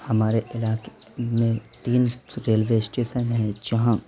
ہمارے علاقے میں تین ریلوے اشٹیسن ہیں جہاں